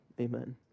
amen